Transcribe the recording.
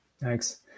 Thanks